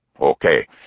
Okay